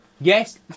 Yes